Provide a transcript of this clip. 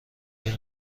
این